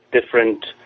different